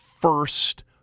first